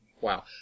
Wow